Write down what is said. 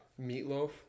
Meatloaf